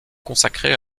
consacrée